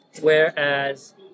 Whereas